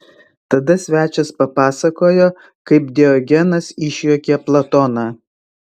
tada svečias papasakojo kaip diogenas išjuokė platoną